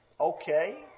okay